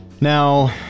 now